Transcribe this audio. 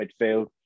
midfield